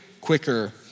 quicker